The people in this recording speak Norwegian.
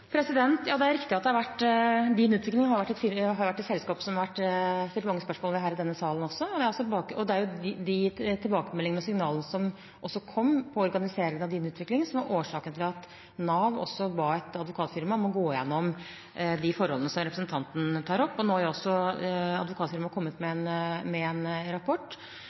Det er riktig at Din Utvikling har vært et selskap som det har vært stilt mange spørsmål ved her i denne salen også. Det er de tilbakemeldingene og signalene som kom når det gjelder organisering av Din Utvikling, som er årsaken til at Nav ba et advokatfirma om å gå igjennom de forholdene som representanten tar opp. Nå har advokatfirmaet kommet med en rapport, som også representanten viser til. Jeg forutsetter at alle de kontraktene som Nav inngår med eksterne tiltaksarrangører, er i tråd med